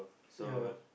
ya